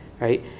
right